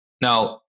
now